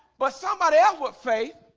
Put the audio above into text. but somebody else with faith